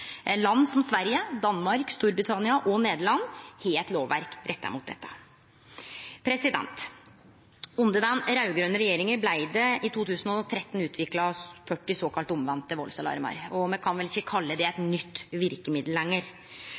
Land som Sverige, Danmark, Storbritannia og Nederland har eit lovverk retta mot dette. Under den raud-grøne regjeringa blei det i 2013 utvikla 40 såkalla omvendte valdsalarmar, og me kan vel ikkje kalle det eit nytt verkemiddel lenger.